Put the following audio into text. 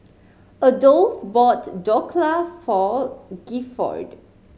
Adolph bought Dhokla for Gifford